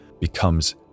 becomes